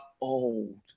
old